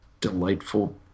delightful